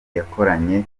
yakoranye